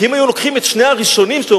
כי אם היו לוקחים את שני הראשונים שהיו